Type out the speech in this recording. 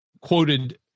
quoted